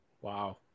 Wow